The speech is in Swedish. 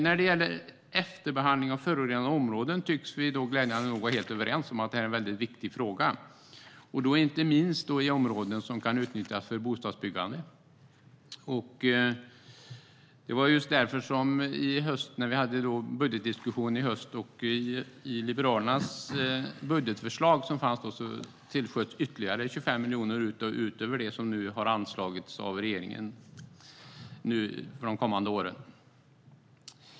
När det gäller efterbehandling av förorenade områden tycks vi glädjande nog vara helt överens om att det är en viktig fråga, inte minst i områden som kan utnyttjas för bostadsbyggande. Det var just därför som vi, när vi hade budgetdiskussionen i höstas, tillsköt ytterligare 25 miljoner i Liberalernas budgetförslag utöver det som nu har anslagits av regeringen för de kommande åren.